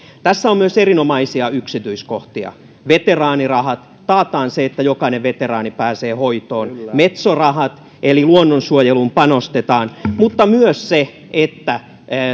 tässä on myös erinomaisia yksityiskohtia veteraanirahat taataan se että jokainen veteraani pääsee hoitoon ja metso rahat eli luonnonsuojeluun panostetaan mutta on myös se että